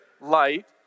light